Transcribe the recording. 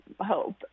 hope